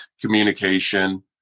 communication